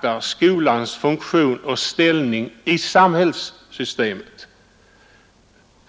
tar skolans funktion och ställning i samhällssystemet som utgångspunkt.